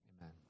amen